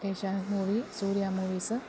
Asianet movie Surya movies